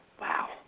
Wow